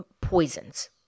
poisons